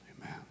amen